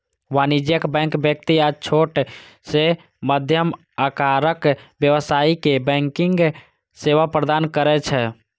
वाणिज्यिक बैंक व्यक्ति आ छोट सं मध्यम आकारक व्यवसायी कें बैंकिंग सेवा प्रदान करै छै